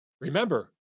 remember